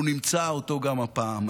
אנחנו נמצא אותו גם הפעם.